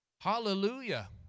Hallelujah